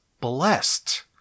blessed